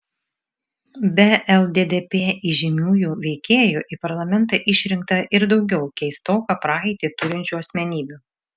be lddp įžymiųjų veikėjų į parlamentą išrinkta ir daugiau keistoką praeitį turinčių asmenybių